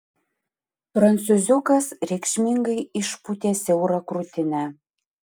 prancūziukas reikšmingai išpūtė siaurą krūtinę